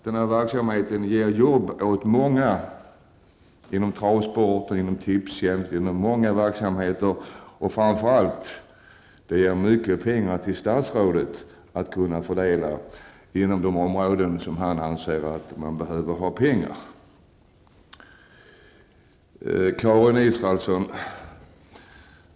Den här verksamheten ger jobb åt många inom travsport, inom Tipstjänst och inom många andra verksamheter, och den ger framför allt statsrådet mycket pengar att fördela inom de områden som han ansvarar för. Karin Israelsson!